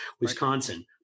Wisconsin